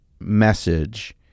message